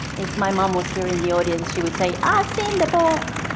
if my mom was here in the audience, she would say, i've seen the book.